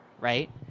right